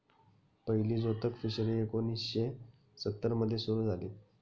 पहिली जोतक फिशरी एकोणीशे सत्तर मध्ये सुरू झाली